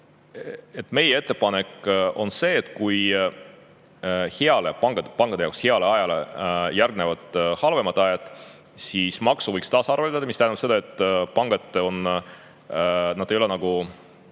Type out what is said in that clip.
Meie ettepanek on see, et kui pankade jaoks heale ajale järgnevad halvemad ajad, siis võiks maksu tasaarveldada, mis tähendab seda, et pangad ei ole